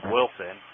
Wilson